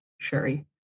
Sherry